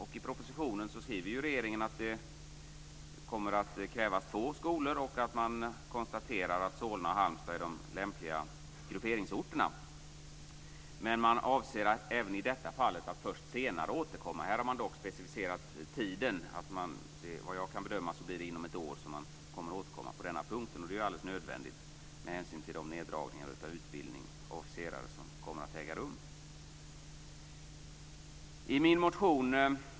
I propositionen skriver regeringen att det kommer att krävas två skolor, och den konstaterar att Solna och Halmstad är de lämpliga grupperingsorterna, men man avser dock även i detta fall att återkomma först senare. Man har här dock specificerat tiden. Såvitt jag kan bedöma ämnar man återkomma inom ett år på denna punkt, och det är alldeles nödvändigt med hänsyn till de neddragningar av officersutbildningar som kommer att äga rum.